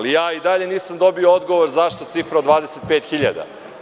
I dalje nisam dobio odgovor zašto cifra od 25 hiljada?